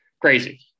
crazy